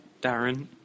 Darren